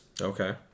Okay